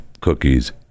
cookies